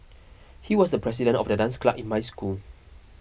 he was the president of the dance club in my school